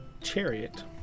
chariot